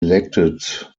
elected